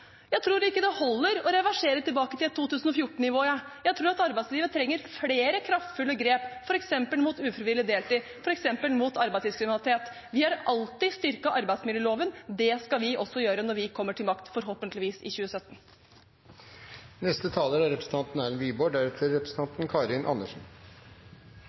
Jeg tror ikke det holder å reversere tilbake til 2014-nivået. Jeg tror at arbeidslivet trenger flere kraftfulle grep, f.eks. mot ufrivillig deltid, mot arbeidslivskriminalitet. Vi har alltid styrket arbeidsmiljøloven, og det skal vi også gjøre når vi kommer til makt forhåpentligvis i 2017. Jeg hørte foregående taler,